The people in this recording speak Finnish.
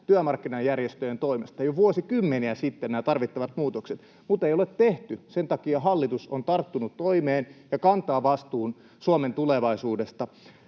työmarkkinajärjestöjen toimesta jo vuosikymmeniä sitten, mutta ei ole tehty. Sen takia hallitus on tarttunut toimeen ja kantaa vastuun Suomen tulevaisuudesta.